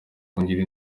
kungira